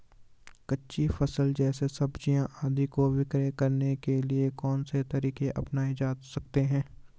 कच्ची फसल जैसे सब्जियाँ आदि को विक्रय करने के लिये कौन से तरीके अपनायें जा सकते हैं?